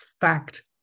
fact